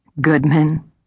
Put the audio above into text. Goodman